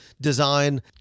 design